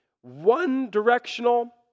one-directional